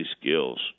skills